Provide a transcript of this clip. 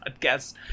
podcast